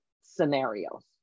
scenarios